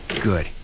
Good